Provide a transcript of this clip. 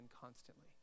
constantly